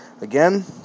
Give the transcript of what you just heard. Again